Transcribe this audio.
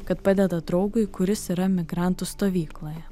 kad padeda draugui kuris yra migrantų stovykloje